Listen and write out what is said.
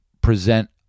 present